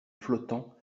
flottant